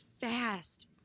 fast